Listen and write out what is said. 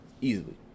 Easily